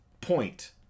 point